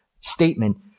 statement